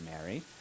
Mary